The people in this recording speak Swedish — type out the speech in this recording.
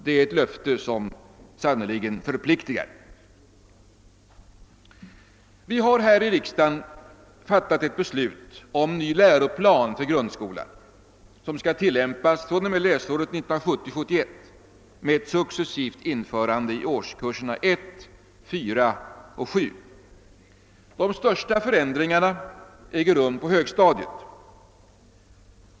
Det är ett löfte som förpliktar. Vi har här i riksdagen fattat beslut om ny läroplan för grundskolan, att tillämpas från och med läsåret 1970/71 och med successivt införande i årskurserna 1, 4 och 7. De största förändringarna äger rum på högstadiet.